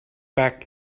back